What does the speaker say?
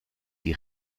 die